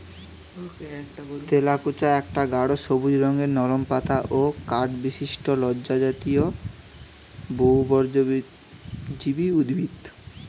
তেলাকুচা একটা গাঢ় সবুজ রঙের নরম পাতা ও কাণ্ডবিশিষ্ট লতাজাতীয় বহুবর্ষজীবী উদ্ভিদ